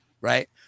Right